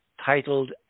titled